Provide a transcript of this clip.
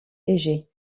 égée